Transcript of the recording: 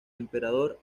emperador